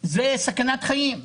זה סכנת חיים.